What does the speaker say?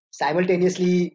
simultaneously